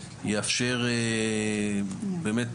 יאפשר באמת,